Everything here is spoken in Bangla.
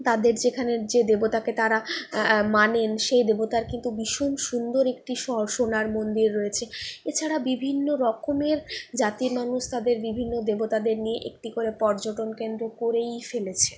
তাদের যেখানের যে দেবতাকে তারা মানেন সেই দেবতার কিন্তু ভীষণ সুন্দর একটি সোনার মন্দির রয়েছে এছাড়া বিভিন্ন রকমের জাতির মানুষ তাদের বিভিন্ন দেবতাদের নিয়ে একটি করে পর্যটন কেন্দ্র করেই ফেলেছে